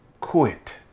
quit